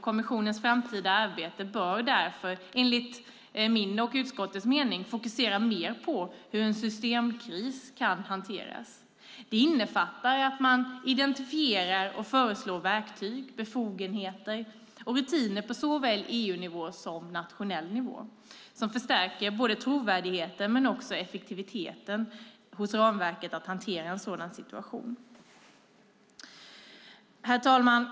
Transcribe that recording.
Kommissionens framtida arbete bör därför, enligt min och utskottets mening, fokusera mer på hur en systemkris kan hanteras. Det innefattar att man identifierar och föreslår verktyg, befogenheter och rutiner på såväl EU-nivå som nationell nivå som förstärker trovärdigheten och effektiviteten hos ramverket när det gäller att hantera en sådan situation. Herr talman!